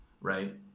right